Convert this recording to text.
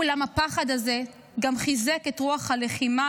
אולם הפחד הזה גם חיזק את רוח הלחימה